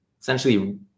essentially